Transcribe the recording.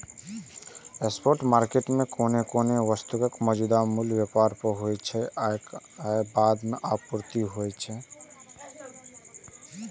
spot market मे कोनो वस्तुक मौजूदा मूल्य पर व्यापार होइ छै आ बाद मे आपूर्ति होइ छै